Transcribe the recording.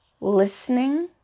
listening